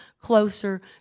closer